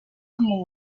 como